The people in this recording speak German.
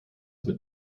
mit